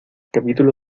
capítulo